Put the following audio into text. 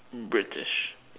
British